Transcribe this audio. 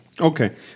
Okay